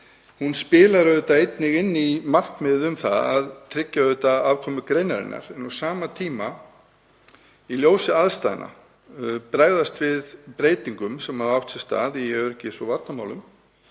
hún spilar auðvitað einnig inn í markmiðið um að tryggja afkomu greinarinnar en á sama tíma, í ljósi aðstæðna, að bregðast við breytingum sem hafa átt sér stað í öryggis- og varnarmálum.